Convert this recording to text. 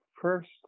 first